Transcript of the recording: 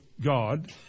God